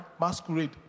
Masquerade